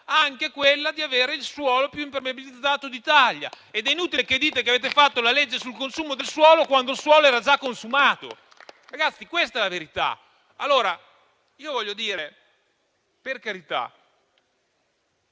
anche quello di avere il suolo più impermeabilizzato d'Italia. Ed è inutile dire che avete fatto la legge sul consumo del suolo, quando il suolo era già consumato. Questa è la verità. Arriverò poi anche